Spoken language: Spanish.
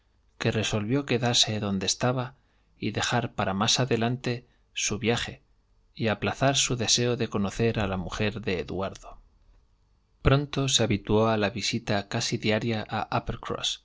que resolvió quedarse donde estaba y dejar para más adelante su viaje y aplazar su deseo de conocer a la mujer de eduardo pronto se habituó a la visita casi diaria a